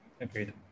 Agreed